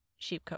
Sheepcoat